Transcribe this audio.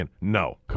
no